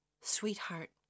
sweetheart